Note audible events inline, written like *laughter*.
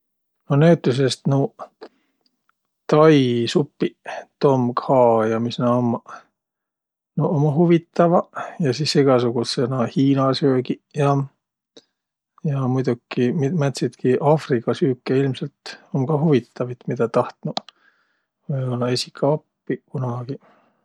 No näütüses nuuq tai supiq, Tom Ka ja mis nä ummaq. Nuuq ummaq huvitavaq. Ja sis egäsugudsõq naaq hiina söögiq ja, ja muidoki mid- määntsitki afriga süüke ilmselt um ka huvitavit, midä tahtnuq *noise* või-ollaq esiq ka oppiq kunagiq.